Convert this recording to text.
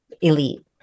elite